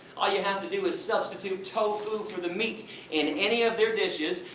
all you have to do is substitute tofu for the meat in any of their dishes,